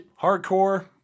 hardcore